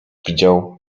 widział